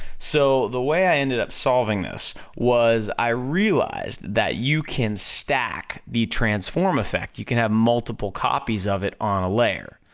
so, the way i ended up solving this, was i realized that you can stack the transform effect, you can have multiple copies of it on a layer.